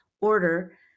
order